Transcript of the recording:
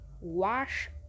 wash